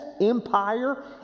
empire